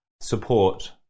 support